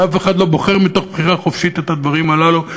אף אחד לא בוחר מתוך בחירה חופשית את הדברים הללו,